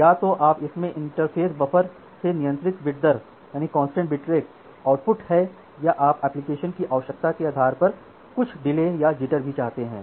या तो इसमें इंटरफ़ेस बफर से निरंतर बिट दर आउटपुट है या आप एप्लीकेशन की आवश्यकता के आधार पर कुछ डिले या कुछ जिटर भी चाहते हैं